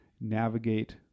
navigate